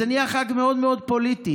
וזה נהיה חג מאוד מאוד פוליטי.